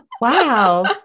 Wow